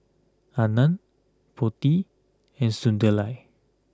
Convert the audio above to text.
Anand Potti and Sunderlal